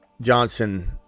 Johnson